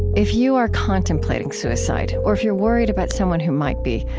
if you are contemplating suicide, or if you're worried about someone who might be,